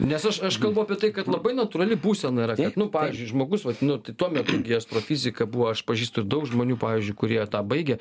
nes aš aš kalbu apie tai kad labai natūrali būsena yra kad nu pavyzdžiui žmogus vat nu tai tuo metu astrofizika buvo aš pažįstu daug žmonių pavyzdžiui kurie tą baigia